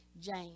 James